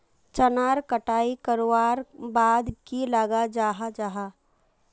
चनार कटाई करवार बाद की लगा जाहा जाहा?